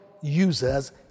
users